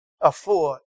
afford